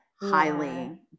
highly